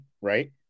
right